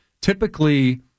typically